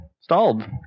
stalled